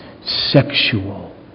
sexual